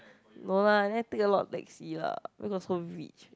no lah didn't take a lot of taxi lah why got so rich